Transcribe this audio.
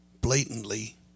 blatantly